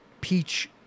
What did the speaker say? peach